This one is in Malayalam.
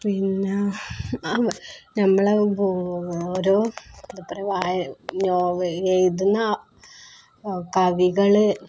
പിന്നെ നമ്മള് ഓരോ എഴുതുന്ന കവികള്